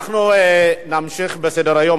אנחנו נמשיך בסדר-היום.